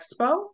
expo